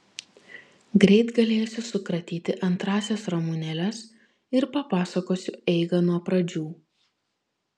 greit galėsiu sukratyti antrąsias ramunėles ir papasakosiu eigą nuo pradžių